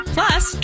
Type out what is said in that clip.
Plus